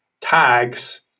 tags